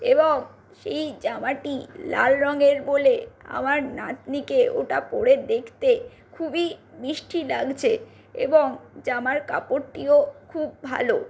এবং সেই জামাটি লাল রঙের বলে আমার নাতনিকে ওটা পরে দেখতে খুবই মিষ্টি লাগছে এবং জামার কাপড়টিও খুব ভালো